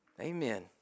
Amen